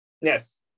Yes